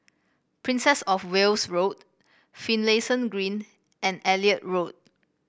Princess Of Wales Road Finlayson Green and Elliot Road